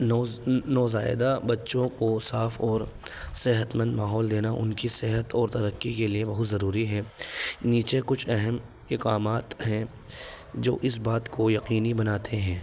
نو نو زائیدہ بچوں کو صاف اور صحت مند ماحول دینا ان کی صحت اور ترقی کے لیے بہت ضروری ہے نیچے کچھ اہم اقدامات ہیں جو اس بات کو یقینی بناتے ہیں